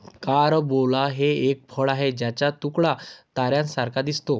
carambola हे एक फळ आहे ज्याचा तुकडा ताऱ्यांसारखा दिसतो